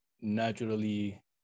naturally